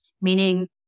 meaning